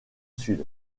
sud